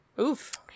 Oof